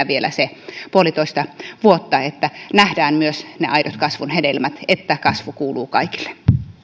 vielä se puolitoista vuotta että nähdään myös ne aidot kasvun hedelmät että kasvu kuuluu kaikille